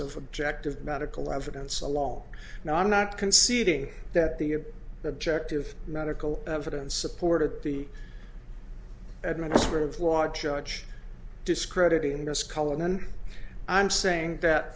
of objective medical evidence along now i'm not conceding that the objective medical evidence supported the administrative law judge discrediting the skull and then i'm saying that